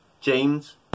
James